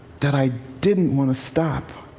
that i didn't want to stop.